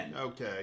Okay